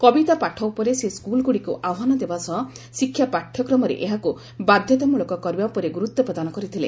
କବିତା ପାଠ ଉପରେ ସେ ସ୍କୁଲ୍ଗୁଡ଼ିକୁ ଆହ୍ୱାନ ଦେବା ସହ ଶିକ୍ଷା ପାଠ୍ୟକ୍ରମରେ ଏହାକୁ ବାଧ୍ୟତାମୂଳକ କରିବା ଉପରେ ଗୁରୁତ୍ୱ ପ୍ରଦାନ କରିଥିଲେ